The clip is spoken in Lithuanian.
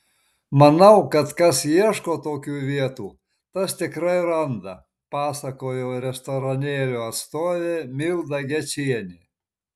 manau kad kas ieško tokių vietų tas tikrai randa pasakojo restoranėlio atstovė milda gečienė